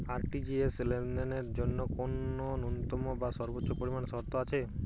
RTGS লেনদেনের জন্য কোন ন্যূনতম বা সর্বোচ্চ পরিমাণ শর্ত আছে?